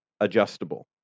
Adjustable